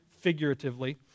figuratively